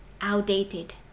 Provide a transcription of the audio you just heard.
outdated